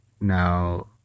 Now